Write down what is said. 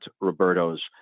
Roberto's